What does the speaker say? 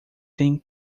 têm